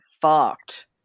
fucked